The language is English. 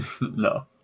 No